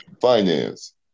finance